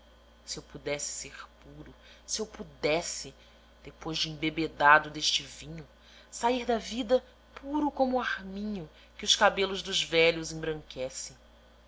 se eu pudesse ser puro se eu pudesse depois de embebedado deste vinho sair da vida puro como o arminho que os cabelos dos velhos embranquece